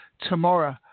tomorrow